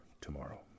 tomorrow